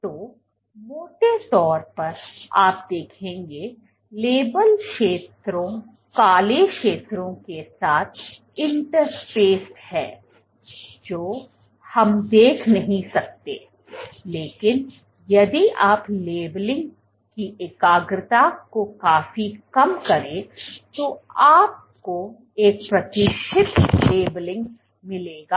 तो मोटे तौर पर आप देखेंगे लेबल क्षेत्रों काले क्षेत्रों के साथ interspaced हैं जो हम देख नहीं सकते लेकिन यदि आप लेबलिंग की एकाग्रता को काफी कम करें तो आपको एक प्रतिशत लेबलिंग मिलेगा